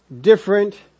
different